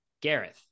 Gareth